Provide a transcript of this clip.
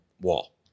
wall